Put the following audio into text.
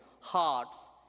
hearts